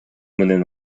менен